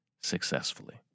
successfully